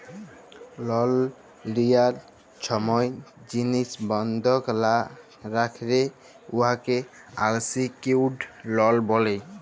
লল লিয়ার ছময় জিলিস বল্ধক লা রাইখলে উয়াকে আলসিকিউর্ড লল ব্যলে